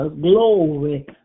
glory